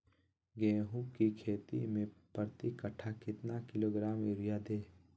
गेंहू की खेती में प्रति कट्ठा कितना किलोग्राम युरिया दे?